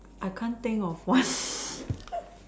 I can't think of one